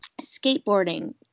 skateboarding